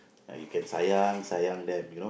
ah you can sayang sayang them you know